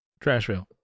Trashville